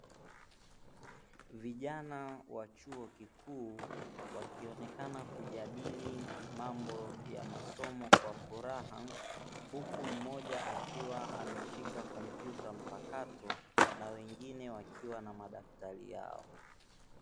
Vijana wa chuo kikuu wakionekana kujadili mambo ya masomo kwa furaha, huku mmoja akiwa ameshika kompyuta mpakato na wengine wakiwa na madaftari yao.